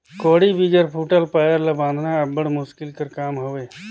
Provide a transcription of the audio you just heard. कोड़ी बिगर फूटल पाएर ल बाधना अब्बड़ मुसकिल कर काम हवे